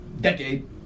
decade